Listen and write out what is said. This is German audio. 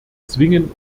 zwingen